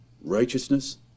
righteousness